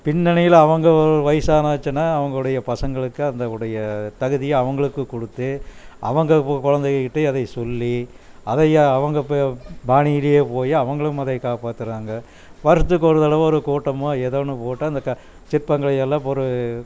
பின்னணியில அவங்க வயசானச்சினால் அவங்களோடைய பசங்களுக்கு அந்த உடைய தகுதியை அவங்களுக்கு கொடுத்து அவங்க குழந்தக கிட்ட அதை சொல்லி அதை அவங்க இப்போ பானியிலையே போய் அவங்களும் அதை காப்பாத்துறாங்க வருஷத்துக்கு ஒரு தடவை ஒரு கூட்டமோ எதோ ஒன்று போட்டால் அந்த சிற்பங்கள் எல்லாம் ஒரு